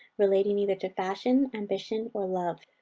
relating either to fashion, ambition, or love.